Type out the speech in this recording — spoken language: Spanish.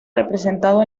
representado